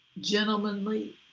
gentlemanly